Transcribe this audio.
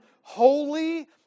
holy